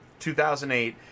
2008